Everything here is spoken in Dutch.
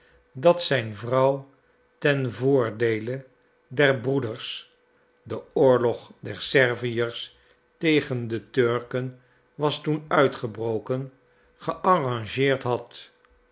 dat zijn vrouw ten voordeele der broeders de oorlog der serviërs tegen de turken was toen uitgebroken gearrangeerd had